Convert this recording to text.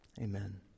Amen